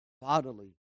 bodily